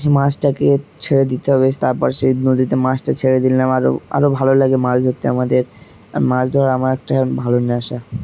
সেই মাছটাকে ছেড়ে দিতে হবে তারপর সেই নদীতে মাছটা ছেড়ে দিলাম আরও আরও ভালো লাগে মাছ ধরতে আমাদের আর মাছ ধরার আমার একটা ভালো নেশা